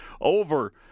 over